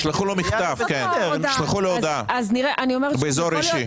תשלחו לו הודעה באזור האישי.